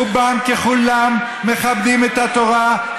רובם ככולם מכבדים את התורה,